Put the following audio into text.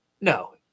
No